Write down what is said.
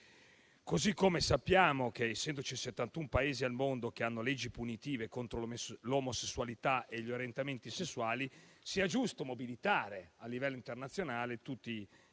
modo, sappiamo che, essendoci 71 Paesi al mondo che hanno leggi punitive contro l'omosessualità e gli orientamenti sessuali, è giusto mobilitare a livello internazionale tutti